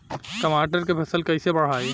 टमाटर के फ़सल कैसे बढ़ाई?